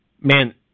man